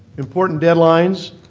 important deadlines.